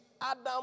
Adam